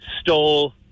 stole